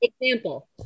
Example